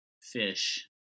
fish